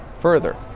further